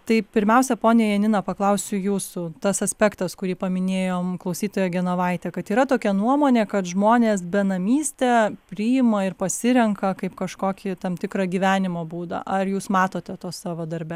tai pirmiausia ponia janina paklausiu jūsų tas aspektas kurį paminėjom klausytoja genovaitė kad yra tokia nuomonė kad žmonės benamystę priima ir pasirenka kaip kažkokį tam tikrą gyvenimo būdą ar jūs matote to savo darbe